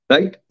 Right